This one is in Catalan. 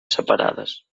separades